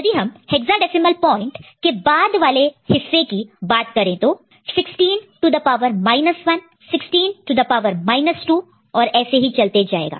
यदि हम hexadecimal point के बाद वाले हिस्से की बात करें तो 16 to the power 1 16 to the power 2 और ऐसे ही चलते जाएगा